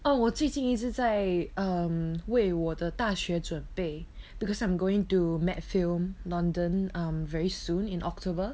oh 我最近一直在 um 为我的大学准备 because I'm going to metfilm london um very soon in october